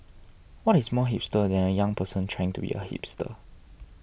what is more hipster than a young person trying to be a hipster